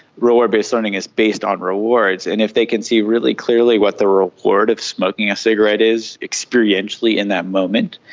reward based learning is based on rewards, and if they can see really clearly what the reward of smoking a cigarette is experientially in that moment,